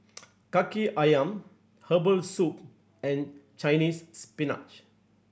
Kaki Ayam herbal soup and Chinese Spinach